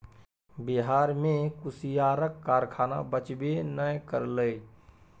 बिहार मे कुसियारक कारखाना बचबे नै करलै